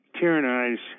tyrannize